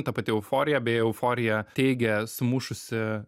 ta pati euforija bei euforija teigia sumušusi